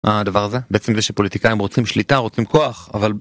הדבר הזה בעצם זה שפוליטיקאים רוצים שליטה, רוצים כוח, אבל...